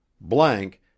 Blank